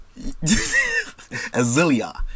Azilia